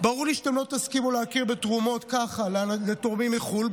ברור לי שאתם לא תסכימו להכיר בתרומות ככה לתורמים מחו"ל,